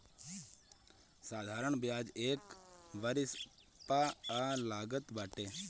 साधारण बियाज एक वरिश पअ लागत बाटे